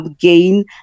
gain